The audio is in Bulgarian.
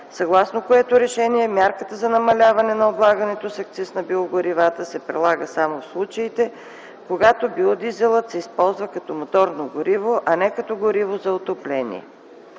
съгласно което решение мярката за намаляване на облагането с акциз на биогоривата се прилага само в случаите, когато биодизелът се използва като моторно гориво, а не като гориво за отопление.